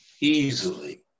Easily